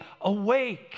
awake